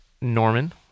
Norman